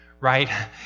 right